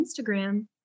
Instagram